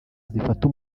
zifata